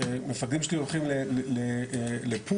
המפקדים שלי שהולכים לפו"מ,